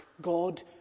God